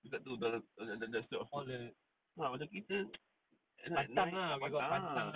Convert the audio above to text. dekat tu that that stretch of roads ah macam kita like night ah